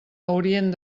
haurien